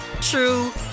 true